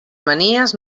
manies